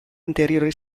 anteriore